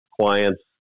clients